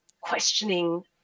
questioning